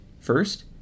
First